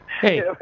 Hey